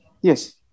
Yes